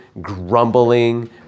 grumbling